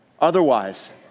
Otherwise